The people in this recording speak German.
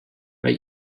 bei